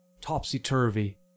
topsy-turvy